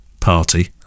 party